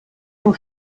vom